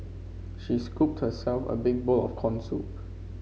she scooped herself a big bowl of corn soup